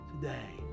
today